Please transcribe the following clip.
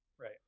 Right